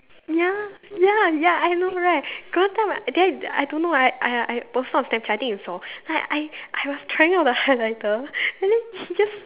ya ya ya I know right got one time I did I I don't know I I I posted on Snapchat I think you saw like I I was trying out the highlighter and then he just